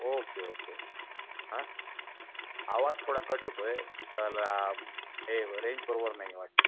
okay okay हां आवाज थोडा कट होतो आहे कला हे रेंज बरोबर नाही वाटतं